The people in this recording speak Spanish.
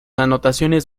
anotaciones